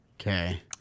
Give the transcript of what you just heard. Okay